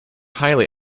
highly